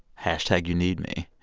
hash tag, you need me